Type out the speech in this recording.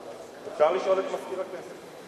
אפשר לשאול את מזכיר הכנסת.